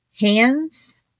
hands